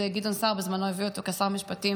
גדעון סער בזמנו הביא אותו כשר משפטים.